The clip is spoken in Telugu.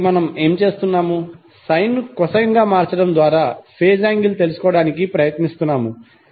కాబట్టి మనం ఏమి చేస్తున్నాము సైన్ ను కొసైన్ గా మార్చడం ద్వారా ఫేజ్ యాంగిల్ తెలుసుకోవడానికి ప్రయత్నిస్తున్నాము